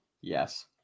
Yes